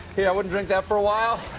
here, i wouldn't drink that for awhile.